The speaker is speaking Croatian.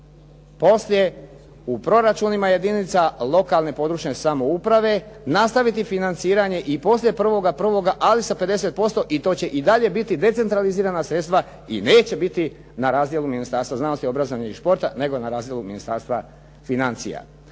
poslije u proračunima jedinica lokalne i područne samouprave nastaviti financiranje i poslije 1.1., ali sa 50% i to će i dalje biti decentralizirana sredstva i neće biti na razdjelu Ministarstva znanosti, obrazovanja i športa, nego na razdjelu Ministarstva financija.